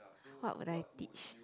what would I teach